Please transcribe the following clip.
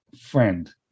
friend